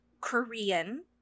Korean